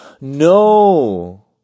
No